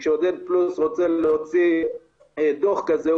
וכשעודד פלוס רוצה להוציא דוח כזה,